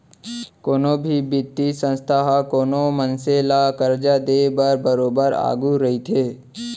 कोनो भी बित्तीय संस्था ह कोनो मनसे ल करजा देय बर बरोबर आघू रहिथे